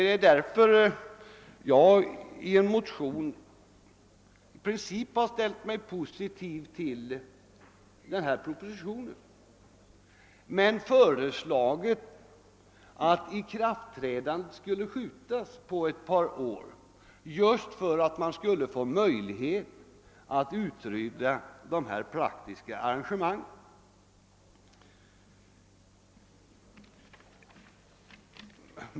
Det är därför som jag i en motion i princip har ställt mig positiv till denna proposition men har föreslagit att ikraftträdande skulle uppskjutas ett par år just för att man skulle få möjlighet att uppskjuta dessa praktiska arrangemang.